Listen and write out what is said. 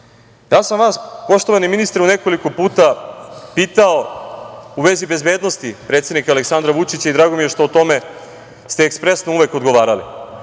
sam vas poštovani ministre nekoliko puta pitao u vezi bezbednosti predsednika Aleksandra Vučića i drago mi je što o tome ste ekspresno uvek odgovarali.